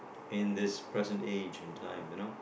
in this present age and time you know